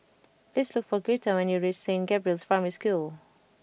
please look for Girtha when you reach Saint Gabriel's Primary School